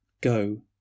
go